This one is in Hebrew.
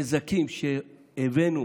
אתה שומע,